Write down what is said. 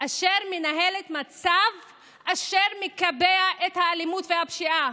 שמנהלת מצב שמקבע את האלימות והפשיעה.